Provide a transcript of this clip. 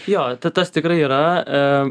jo tai tas tikrai yra